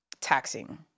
taxing